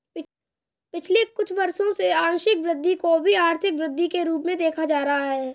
पिछले कुछ वर्षों से आंशिक वृद्धि को भी आर्थिक वृद्धि के रूप में देखा जा रहा है